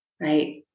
right